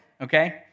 okay